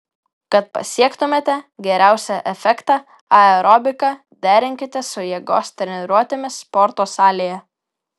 kad pasiektumėte geriausią efektą aerobiką derinkite su jėgos treniruotėmis sporto salėje